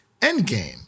Endgame